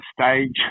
stage